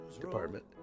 department